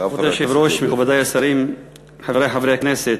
אדוני היושב-ראש, מכובדי השרים, חברי חברי הכנסת,